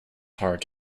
heart